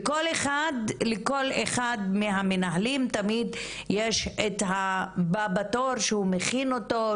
לכל אחד מהמנהלים תמיד יש את הבא בתור שהוא מכין אותו,